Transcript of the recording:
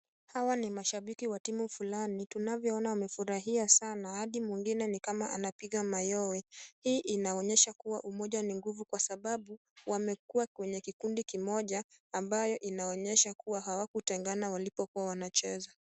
Hawa ni mashibiki wa timu fulani. Tunavyoona wamefurahia sana hadi mwingine ni kama anapiga mayowe. Hii inaonyesha kuwa umoja ni nguvu kwa sababu wamekuwa kwenye kikundi kimoja ambayo inaonyesha kuwa hawakutengana walipokuwa wanacheza.